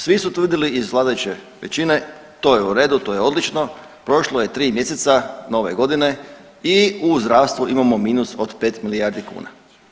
Svi su tvrdili iz vladajuće većine to je u redu, to je odlučno, prošlo je 3 mjeseca nove godine i u zdravstvu imamo minus od 5 milijardi kuna.